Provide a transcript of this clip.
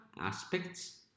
aspects